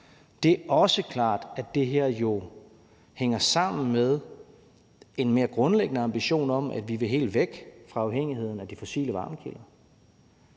Det er også klart, at det her jo hænger sammen med en mere grundlæggende ambition om, at vi vil helt væk fra afhængigheden af de fossile varmekilder.